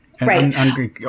Right